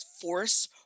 force